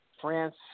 France